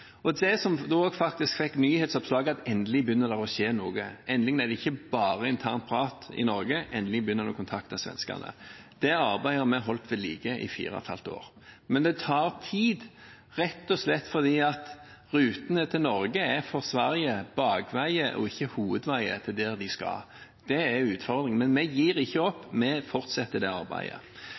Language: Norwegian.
og et halvt år. Men det tar tid, rett og slett fordi rutene til Norge for Sverige er bakveier, ikke hovedveier dit de skal. Det er utfordringen. Men vi gir ikke opp, vi fortsetter det arbeidet.